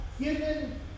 given